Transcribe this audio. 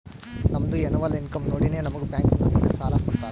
ನಮ್ದು ಎನ್ನವಲ್ ಇನ್ಕಮ್ ನೋಡಿನೇ ನಮುಗ್ ಬ್ಯಾಂಕ್ ನಾಗ್ ಸಾಲ ಕೊಡ್ತಾರ